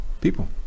people